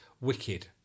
wicked